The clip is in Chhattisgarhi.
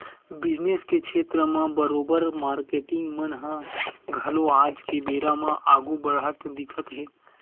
बिजनेस के छेत्र म बरोबर मारकेटिंग मन ह घलो आज के बेरा म आघु बड़हत दिखत हे